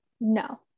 no